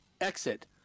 exit